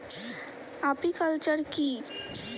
Apiculture কি?